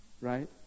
Right